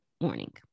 morning